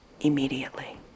immediately